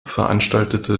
veranstaltete